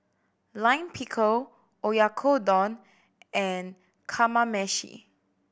Lime Pickle Oyakodon and Kamameshi